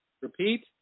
Repeat